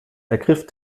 ergriff